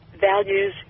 values